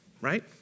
right